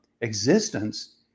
existence